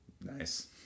Nice